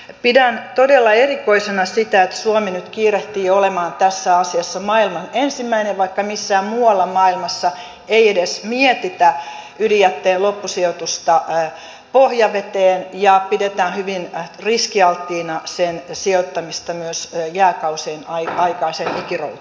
pidän todella erikoisena sitä että suomi nyt kiirehtii olemaan tässä asiassa maailman ensimmäinen vaikka missään muualla maailmassa ei edes mietitä ydinjätteen loppusijoitusta pohjaveteen ja pidetään hyvin riskialttiina sen sijoittamista myös jääkausien aikaiseen ikiroutaan